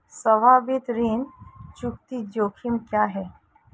संभावित ऋण चुकौती जोखिम क्या हैं?